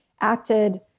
acted